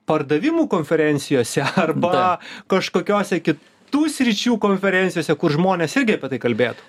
pardavimų konferencijose arba kažkokiose kitų sričių konferencijose kur žmonės irgi apie tai kalbėtų